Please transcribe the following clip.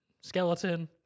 skeleton